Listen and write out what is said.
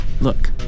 Look